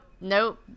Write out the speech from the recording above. Nope